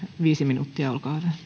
viisi minuuttia